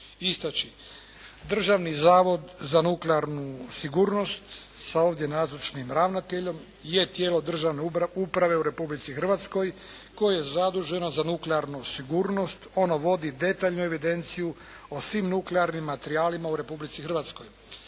istaći. Državni zavod za nuklearnu sigurnost sa ovdje nazočnim ravnateljem je tijelo državne uprave u Republici Hrvatskoj koje je zaduženo za nuklearnu sigurnost. Ono vodi detaljnu evidenciju o svim nuklearnim materijalima u Republici Hrvatskoj.